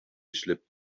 slipped